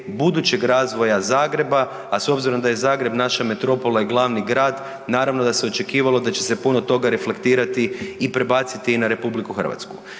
budućeg razvoja Zagreba, a s obzirom da je Zagreb naša metropola i glavni grad naravno da se očekivalo da će se puno toga reflektirati i prebaciti na RH. Ministar Horvat